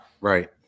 right